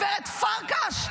גב' פרקש,